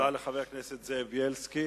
תודה לחבר הכנסת זאב בילסקי.